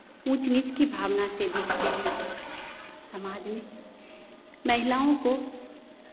ऊँच नीच की भावना से देखते हैं समाज में महिलाओं को